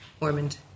Ormond